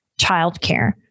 childcare